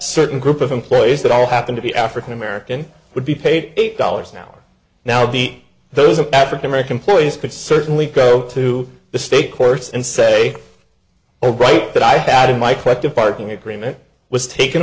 certain group of employees that all happen to be african american would be paid eight dollars an hour now be those of african american players could certainly go to the state courts and say all right that i had in my collective bargaining agreement was taken